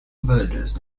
villages